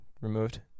removed